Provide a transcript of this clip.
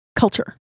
culture